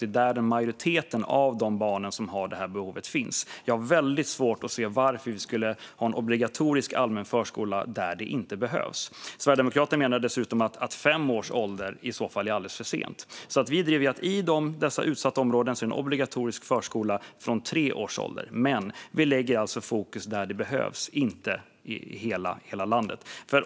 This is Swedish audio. Det är där majoriteten av de barn som har detta behov finns. Jag har väldigt svårt att se varför vi skulle ha en obligatorisk allmän förskola där det inte behövs. Sverigedemokraterna menar dessutom att fem års ålder är alldeles för sent. Vi driver att det i dessa utsatta områden ska vara obligatorisk förskola från tre års ålder. Men vi lägger fokus där det behövs, inte i hela landet.